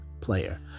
player